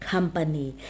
Company